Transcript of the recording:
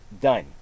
done